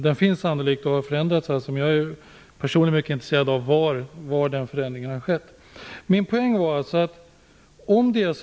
Den har sannolikt förändrats. Personligen är jag mycket intresserad av var den förändringen har skett. Min poäng var alltså följande.